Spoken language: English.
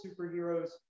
superheroes